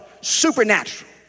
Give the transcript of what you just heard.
supernatural